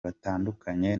batandukanye